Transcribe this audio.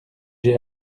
j’ai